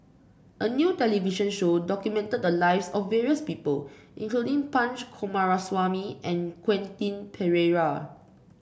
a new television show documented the lives of various people including Punch Coomaraswamy and Quentin Pereira